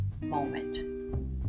moment